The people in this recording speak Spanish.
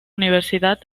universidad